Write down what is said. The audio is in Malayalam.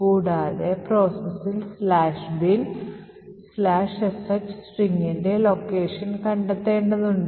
കൂടാതെ processൽ "binsh" സ്ട്രിംഗിന്റെ location കണ്ടെത്തേണ്ടതുണ്ട്